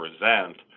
present